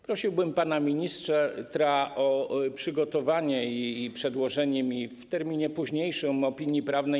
Prosiłbym pana ministra o przygotowanie i przedłożenie mi w terminie późniejszym opinii prawnej.